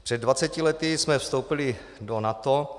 Před 20 lety jsme vstoupili do NATO.